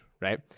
right